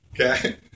Okay